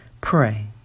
pray